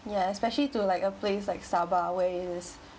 yeah especially to like a place like sabah where it's